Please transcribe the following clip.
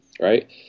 right